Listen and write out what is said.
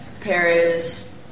Paris